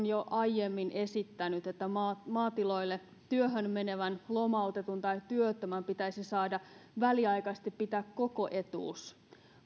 jo aiemmin esittäneet että maatiloille työhön menevän lomautetun tai työttömän pitäisi saada väliaikaisesti pitää koko etuus